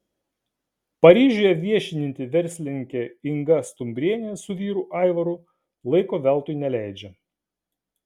paryžiuje viešinti verslininkė inga stumbrienė su vyru aivaru laiko veltui neleidžia